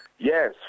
Yes